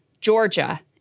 Georgia